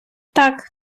так